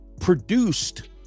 produced